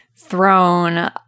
thrown